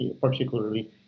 Particularly